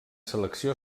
selecció